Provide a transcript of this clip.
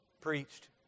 ...preached